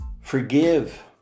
forgive